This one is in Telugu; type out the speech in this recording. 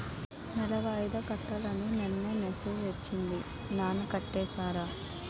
నెల వాయిదా కట్టాలని నిన్ననే మెసేజ్ ఒచ్చింది నాన్న కట్టేసారా?